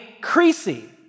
Creasy